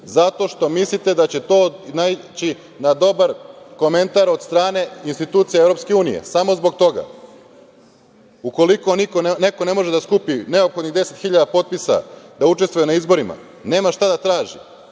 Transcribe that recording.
zato što mislite da će to naići na dobar komentar od strane institucija EU, samo zbog toga. Ukoliko neko ne može da skupi neophodnih 10.000 potpisa da učestvuje na izborima, nema šta da traži. Mi